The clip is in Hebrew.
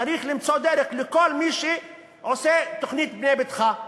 צריך למצוא דרך לכל מי שעושה תוכנית "בנה ביתך".